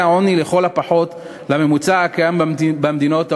העוני לכל הפחות לממוצע הקיים במדינות ה-OECD.